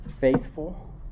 faithful